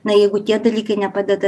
na jeigu tie dalykai nepadeda